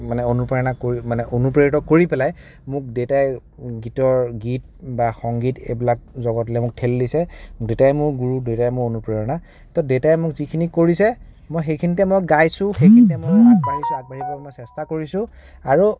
মানে অনুপ্ৰেৰণা কৰি অনুপ্ৰেৰিত কৰি পেলাই মোক দেউতাই গীতৰ গীত বা সংগীত এইবিলাক জগতলে মোক ঠেলি দিছে দেতাই মোৰ গুৰু দেউতাই মোৰ অনুপ্ৰেৰণা ত' দেউতাই মোক যিখিনি কৰিছে মই সেইখিনিতে মই গাইছোও সেইখিনিতে মই আগবাঢ়িছোঁ আগবাঢ়িব মই চেষ্টা কৰিছোঁ